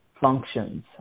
functions